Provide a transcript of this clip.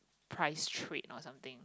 price trade or something